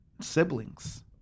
siblings